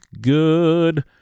good